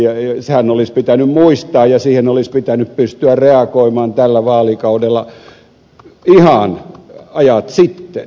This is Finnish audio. sehän olisi pitänyt muistaa ja siihen olisi pitänyt pystyä reagoimaan tällä vaalikaudella ihan ajat sitten